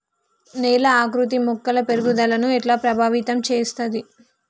నేల ఆకృతి మొక్కల పెరుగుదలను ఎట్లా ప్రభావితం చేస్తది?